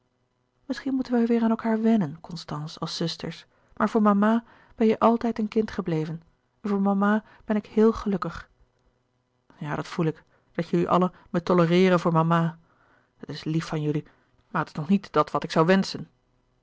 misschien moeten wij weêr aan elkaâr wennen constance als zusters maar voor mama ben je altijd een kind gebleven en voor mama ben ik heel gelukkig ja dat voel ik dat jullie allen me tolereeren voor mama het is lief van jullie maar het is nog niet dat wat ik zoû wenschen